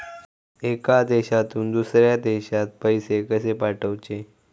एका देशातून दुसऱ्या देशात पैसे कशे पाठवचे?